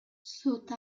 sud